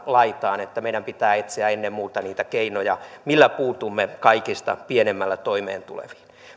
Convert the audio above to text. laitaan että meidän pitää etsiä ennen muuta niitä keinoja millä puutumme kaikista pienimmällä toimeentuleviin